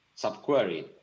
subquery